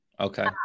Okay